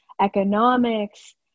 economics